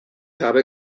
habe